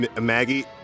Maggie